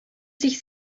sich